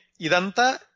Idanta